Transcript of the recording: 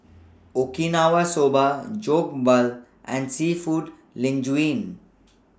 Okinawa Soba Jokbal and Seafood Linguine